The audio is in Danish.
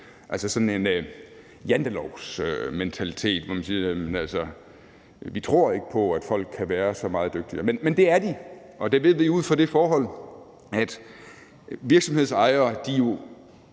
Det er sådan en jantelovsmentalitet, hvor man siger, at vi tror ikke på, at folk kan være så meget dygtigere. Men det er de, og det ved vi ud fra det forhold, at virksomhedsejere jo